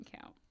count